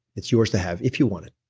it's yours to have if you want it.